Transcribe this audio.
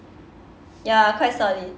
ya quite solid